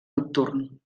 nocturn